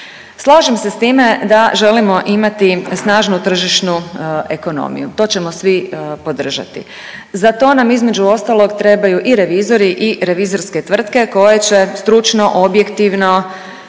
Slažem se s time da želimo imati snažnu tržišnu ekonomiju. To ćemo svi podržati. Za to nam između ostalog trebaju i revizori i revizorske tvrtke koje će stručno, objektivno,